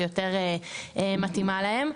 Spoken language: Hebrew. שיותר מתאימה להם.